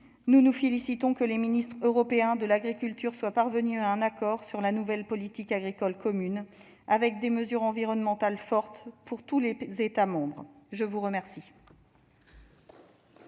nous nous félicitons de ce que les ministres européens de l'agriculture soient parvenus à un accord sur la nouvelle politique agricole commune, prévoyant des mesures environnementales fortes pour tous les États membres. La parole